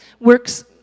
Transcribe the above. works